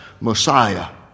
Messiah